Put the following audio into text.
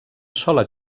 sola